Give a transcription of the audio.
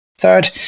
Third